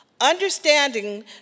Understanding